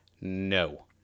no